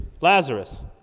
Lazarus